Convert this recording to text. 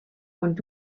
und